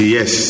Yes